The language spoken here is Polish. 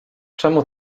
czemu